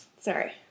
Sorry